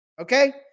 Okay